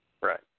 Right